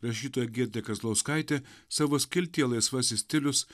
rašytoja giedrė kazlauskaitė savo skiltyje laisvasis stilius